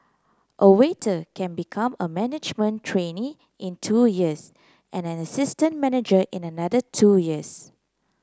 a waiter can become a management trainee in two years and an assistant manager in another two years